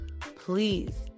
please